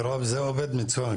מירב, זה עובד מצוין.